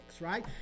right